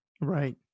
Right